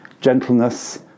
Gentleness